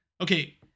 okay